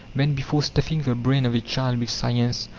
then before stuffing the brain of a child with science,